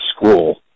school